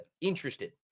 Interested